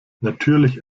natürlich